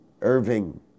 Irving